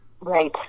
Right